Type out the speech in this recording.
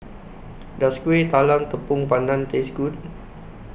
Does Kuih Talam Tepong Pandan Taste Good